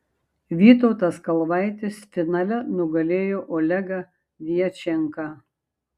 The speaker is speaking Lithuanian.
vytautas kalvaitis finale nugalėjo olegą djačenką